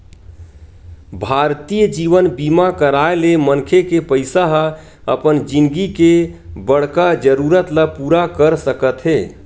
भारतीय जीवन बीमा कराय ले मनखे के पइसा ह अपन जिनगी के बड़का जरूरत ल पूरा कर सकत हे